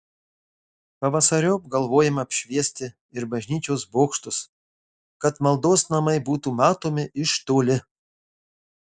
pavasariop galvojama apšviesti ir bažnyčios bokštus kad maldos namai būtų matomi iš toli